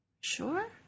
Sure